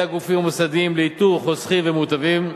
הגופים המוסדיים לאיתור חוסכים ומוטבים,